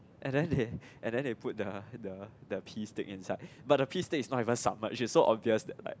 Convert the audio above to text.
and then they and then they put the the pee stick inside but the pee stick is not even submerged it's so obvious that like